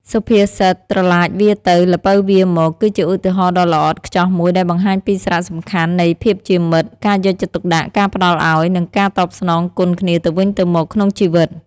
សុភាសិត "ត្រឡាចវារទៅ ល្ពៅវារមក" គឺជាឧទាហរណ៍ដ៏ល្អឥតខ្ចោះមួយដែលបង្ហាញពីសារៈសំខាន់នៃភាពជាមិត្ត ការយកចិត្តទុកដាក់ ការផ្តល់ឲ្យ និងការតបស្នងគុណគ្នាទៅវិញទៅមកក្នុងជីវិត។